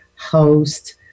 host